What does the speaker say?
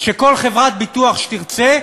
שכל חברת ביטוח שתרצה,